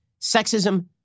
sexism